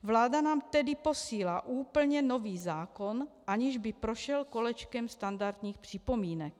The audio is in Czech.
Vláda nám tedy posílá úplně nový zákon, aniž by prošel kolečkem standardních připomínek.